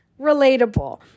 relatable